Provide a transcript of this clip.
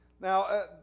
Now